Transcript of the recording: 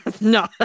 No